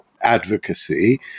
advocacy